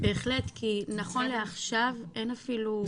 נכון לעכשיו אין אפילו הכנה,